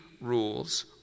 rules